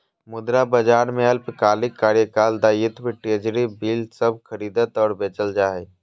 मुद्रा बाजार में अल्पकालिक कार्यकाल दायित्व ट्रेज़री बिल सब खरीदल और बेचल जा हइ